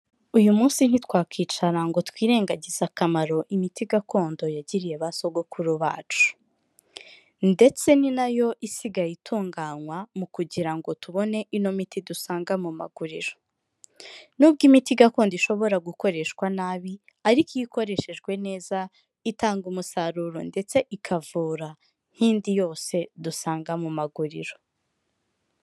Uyu munsi ntitwakwicara ngo twirengagize akamaro imiti gakondo yagiriye ba sogokuru bacu. Ndetse ni nayo isigaye itunganywa mu kugira ngo tubone ino miti dusanga mu maguriro. Nubwo imiti gakondo ishobora gukoreshwa nabi ariko iyo ikoreshejwe neza itanga umusaruro ndetse ikavura nk'indi yose dusanga mu maguriro.